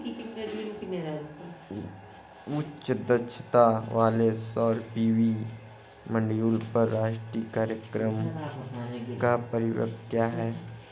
उच्च दक्षता वाले सौर पी.वी मॉड्यूल पर राष्ट्रीय कार्यक्रम का परिव्यय क्या है?